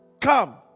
come